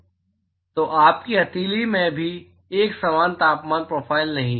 तो आपकी हथेली में भी एक समान तापमान प्रोफ़ाइल नहीं है